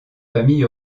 familles